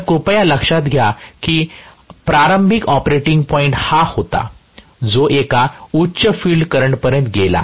तर कृपया लक्षात घ्या की प्रारंभिक ऑपरेटिंग पॉईंट हा होता जो एका उच्च फील्ड करंट पर्यंत गेला